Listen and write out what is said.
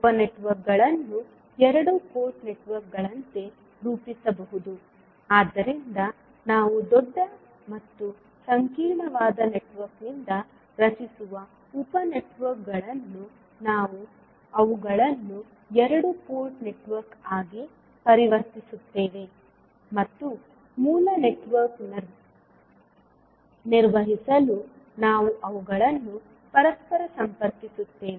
ಉಪ ನೆಟ್ವರ್ಕ್ಗಳನ್ನು ಎರಡು ಪೋರ್ಟ್ ನೆಟ್ವರ್ಕ್ಗಳಂತೆ ರೂಪಿಸಬಹುದು ಆದ್ದರಿಂದ ನಾವು ದೊಡ್ಡ ಮತ್ತು ಸಂಕೀರ್ಣವಾದ ನೆಟ್ವರ್ಕ್ನಿಂದ ರಚಿಸುವ ಉಪ ನೆಟ್ವರ್ಕ್ಗಳನ್ನು ನಾವು ಅವುಗಳನ್ನು ಎರಡು ಪೋರ್ಟ್ ನೆಟ್ವರ್ಕ್ ಆಗಿ ಪರಿವರ್ತಿಸುತ್ತೇವೆ ಮತ್ತು ಮೂಲ ನೆಟ್ವರ್ಕ್ ನಿರ್ವಹಿಸಲು ನಾವು ಅವುಗಳನ್ನು ಪರಸ್ಪರ ಸಂಪರ್ಕಿಸುತ್ತೇವೆ